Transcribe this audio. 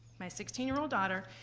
my sixteen year old daughter,